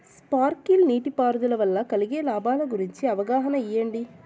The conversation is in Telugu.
స్పార్కిల్ నీటిపారుదల వల్ల కలిగే లాభాల గురించి అవగాహన ఇయ్యడం?